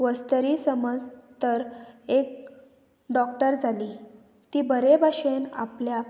वस्तरी समज तर एक डॉक्टर जाली ती बरे भाशेन आपल्या